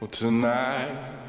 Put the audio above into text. tonight